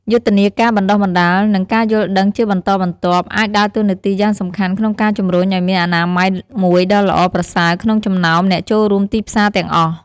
យុទ្ធនាការបណ្ដុះបណ្ដាល និងការយល់ដឹងជាបន្តបន្ទាប់ អាចដើរតួនាទីយ៉ាងសំខាន់ក្នុងការជំរុញឲ្យមានអនាម័យមួយដ៏ល្អប្រសើរក្នុងចំណោមអ្នកចូលរួមទីផ្សារទាំងអស់។